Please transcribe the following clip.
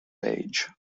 age